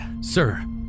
Sir